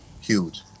huge